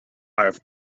have